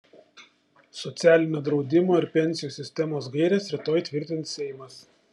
socialinio draudimo ir pensijų sistemos gaires rytoj tvirtins seimas